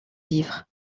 livres